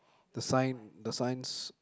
the sign the signs